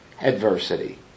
Adversity